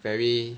very